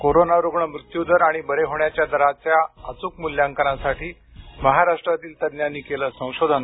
corona रुग्ण मृत्यूदर आणि बरे होण्याच्या दराच्या अचूक मूल्यांकनासाठी महाराष्ट्रातील तंज्ञांनी केलं संशोधन